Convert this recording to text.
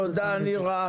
תודה, נירה.